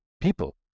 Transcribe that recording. people